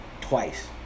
twice